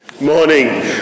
morning